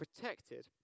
protected